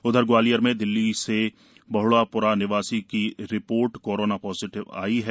उधर ग्वालियर में दिल्ली से बहोड़ा र निवासी की रि ोर्ट कोरोना ॉजिटिव ई है